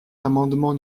l’amendement